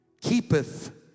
keepeth